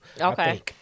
Okay